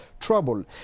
trouble